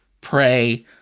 pray